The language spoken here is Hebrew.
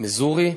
מיזורי,